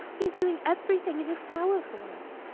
he is doing everything in his power for us.